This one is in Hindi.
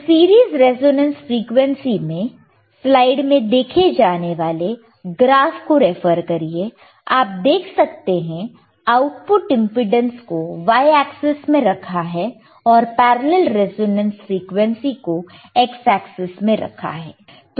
तो सीरीज रिजोनेंस फ्रिकवेंसी में स्लाइड में देखे जाने वाले ग्राफ को रेफर करिए आप देख सकते हैं आउटपुट इंपेडेंस को y एक्सेस में रखा है और पैरेलल रिजोनेंस फ्रिकवेंसी को x एक्सेस में रखा है